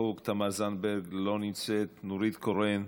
מחוק, תמר זנדברג, לא נמצאת, נורית קורן,